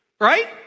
Right